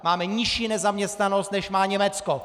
Máme nižší nezaměstnanost, než má Německo.